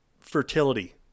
fertility